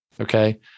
Okay